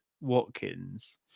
Watkins